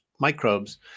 microbes